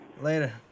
Later